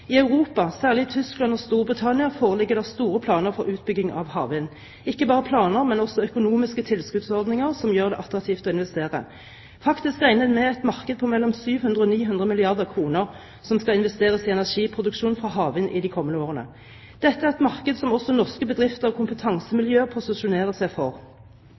I Europa, særlig i Tyskland og Storbritannia, foreligger det store planer for utbygging av havvind – ikke bare planer, men også økonomiske tilskuddsordninger som gjør det attraktivt å investere. Faktisk regner en med et marked på mellom 700 og 900 milliarder kr som skal investeres i energiproduksjon fra havvind i de kommende årene. Dette er et marked som også norske bedrifter og kompetansemiljøer posisjonerer seg for.